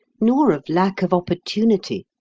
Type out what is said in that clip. nor of lack of opportunity,